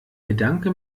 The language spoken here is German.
bedanke